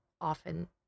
often